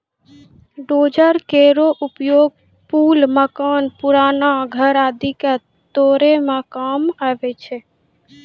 dozer केरो उपयोग पुल, मकान, पुराना घर आदि क तोरै म काम आवै छै